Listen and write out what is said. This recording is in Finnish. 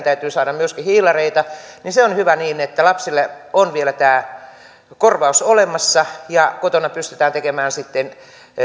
täytyy saada myöskin hiilareita ja se on minusta hyvä niin että lapsille on vielä tämä korvaus olemassa ja kotona pystytään tekemään sitten